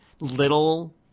little